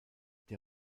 der